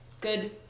good